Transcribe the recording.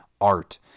art